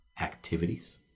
activities